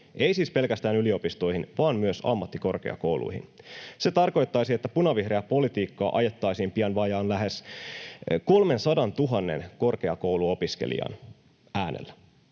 ei siis pelkästään yliopistoihin vaan myös ammattikorkeakouluihin. Se tarkoittaisi, että punavihreää politiikkaa ajettaisiin pian lähes 300 000 korkeakouluopiskelijan äänellä.